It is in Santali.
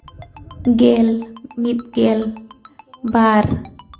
ᱜᱮᱞ ᱢᱤᱫᱜᱮᱞ ᱵᱟᱨ